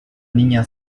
niña